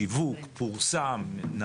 שיווק, פורסם.